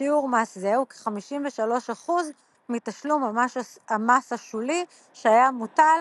שיעור מס זה הוא כ־53% מתשלום המס השולי שהיה מוטל